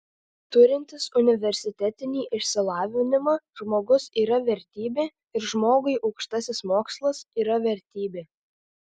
turintis universitetinį išsilavinimą žmogus yra vertybė ir žmogui aukštasis mokslas yra vertybė